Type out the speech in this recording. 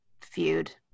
Feud